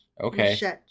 Okay